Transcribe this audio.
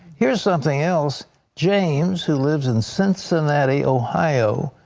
here is something else james, who lives in cincinnati, ohio,